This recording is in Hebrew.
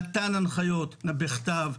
נתן הנחיות בכתב,